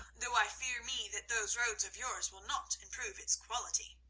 though i fear me that those roads of yours will not improve its quality.